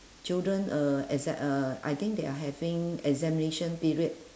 children uh exa~ uh I think they are having examination period